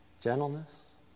gentleness